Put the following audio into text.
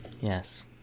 Yes